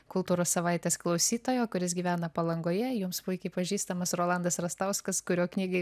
kultūros savaitės klausytojo kuris gyvena palangoje jums puikiai pažįstamas rolandas rastauskas kurio knygai